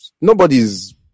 nobody's